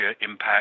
impact